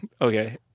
okay